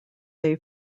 they